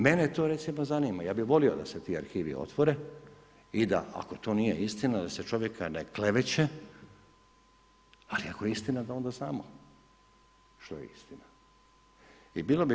Mene to recimo zanima, ja bi volio da se ti arhivi otvore i da ako to nije istina, da se čovjeka ne kleveće ali ako je istina da onda znamo što je istina.